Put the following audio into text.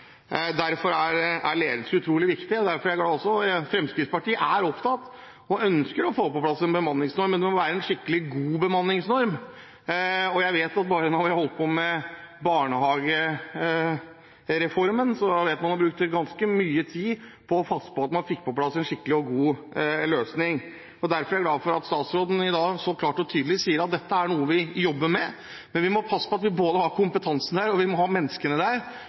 Derfor er ledelse utrolig viktig, og derfor er Fremskrittspartiet opptatt av og ønsker å få på plass en bemanningsnorm, men det må være en skikkelig god bemanningsnorm. Jeg vet at da vi holdt på med barnehagereformen, brukte man ganske mye tid på å passe på at man fikk på plass en skikkelig og god løsning. Derfor er jeg glad for at statsråden i dag så klart og tydelig sier at dette er noe vi jobber med, men vi må passe på at vi har både kompetansen og menneskene der for å sørge for å kunne legge til rette for å få på plass en god løsning. Så må